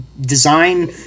design